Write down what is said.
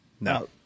No